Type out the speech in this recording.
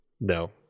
No